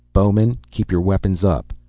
bowmen keep your weapons up.